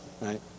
right